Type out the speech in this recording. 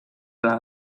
pla